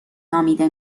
نامیده